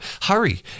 hurry